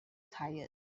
tired